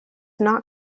not